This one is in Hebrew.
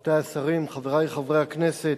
תודה, רבותי השרים, חברי חברי הכנסת,